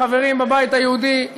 החברים בבית היהודי,